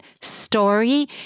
story